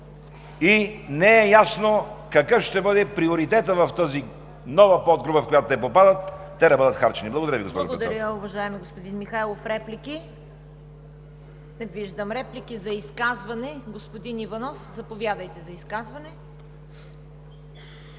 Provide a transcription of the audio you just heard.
и не е ясно какъв ще бъде приоритетът в тази нова подгрупа, в която попадат – те да бъдат харчени? Благодаря Ви, госпожо